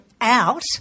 out